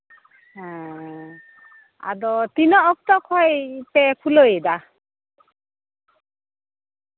ᱦᱮᱸ ᱟᱫᱚ ᱛᱤᱱᱟᱹᱜ ᱚᱠᱛᱚ ᱠᱷᱚᱱ ᱯᱮ ᱠᱷᱩᱞᱟᱹᱣ ᱮᱫᱟ